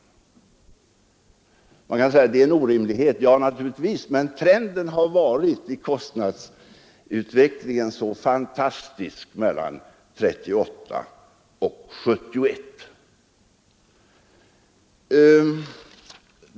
Man kan säga att det är en orimlighet. Ja, det är det naturligtvis, men trenden i kostnadsutvecklingen har alltså varit så fantastisk mellan 1938 och 1971.